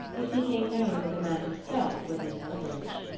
it became known that the man himself was in hillbridge.